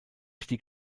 stieg